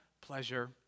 pleasure